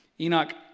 Enoch